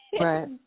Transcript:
Right